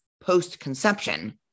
post-conception